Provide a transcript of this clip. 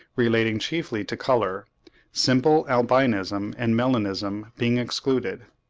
relating chiefly to colour simple albinism and melanism being excluded.